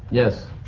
yes.